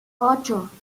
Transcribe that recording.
ocho